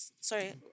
Sorry